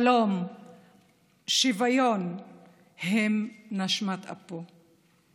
שלום ושוויון הם נשמת אפו.